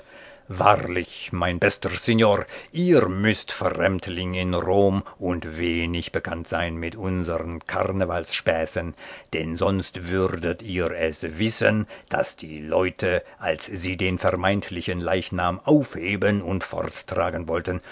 wahrlich mein bester signor ihr müßt fremdling in rom und wenig bekannt sein mit unsern karnevalsspäßen denn sonst würdet ihr es wissen daß die leute als sie den vermeintlichen leichnam aufheben und forttragen wollten